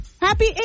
Happy